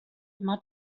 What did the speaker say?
immer